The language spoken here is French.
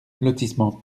lotissement